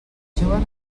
juguen